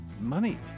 Money